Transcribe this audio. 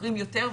חוקרים יותר,